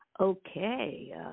Okay